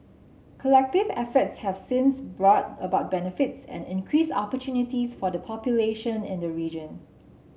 collective efforts have since brought about benefits and increased opportunities for the population in the region